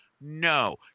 no